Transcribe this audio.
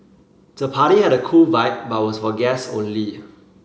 the party had a cool vibe but was for guest only